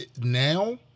now